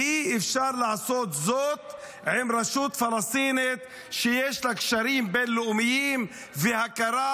ואי-אפשר לעשות זאת עם רשות פלסטינית שיש לה קשרים בין-לאומיים והכרה